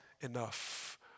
enough